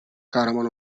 kahraman